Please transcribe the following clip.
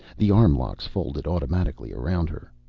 the arm locks folded automatically around her.